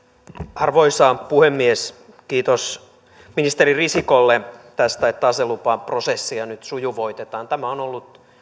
arvoisa puhemies kiitos ministeri risikolle tästä että aselupaprosessia nyt sujuvoitetaan tämä on ollut